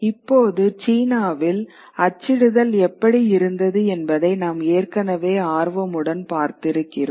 இப்போது சீனாவில் அச்சிடுதல் எப்படி இருந்தது என்பதை நாம் ஏற்கனவே ஆர்வமுடன் பார்த்திருக்கிறோம்